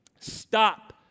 Stop